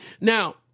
Now